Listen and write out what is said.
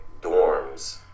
dorms